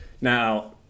Now